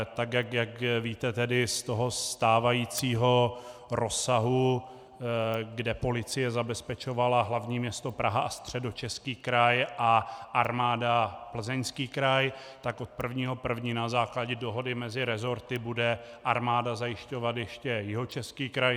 Tak jak víte, z toho stávajícího rozsahu, kde policie zabezpečovala hlavní město Prahu a Středočeský kraj a armáda Plzeňský kraj, tak od 1. 1. na základě dohody mezi resorty bude armáda zajišťovat ještě Jihočeský kraj.